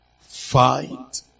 Fight